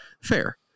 Fair